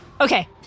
okay